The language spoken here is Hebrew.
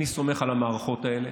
אני סומך על המערכות האלה.